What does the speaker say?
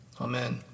Amen